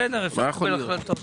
בואו נקבל החלטות בלעדיהם.